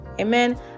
Amen